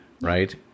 right